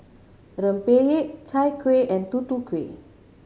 rempeyek Chai Kueh and Tutu Kueh